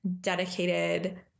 dedicated